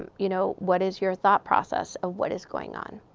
um you know what is your thought process of what is going on?